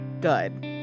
good